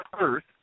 Earth